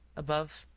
above,